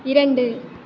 இரண்டு